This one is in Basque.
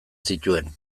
zituen